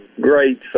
great